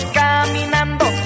caminando